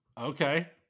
okay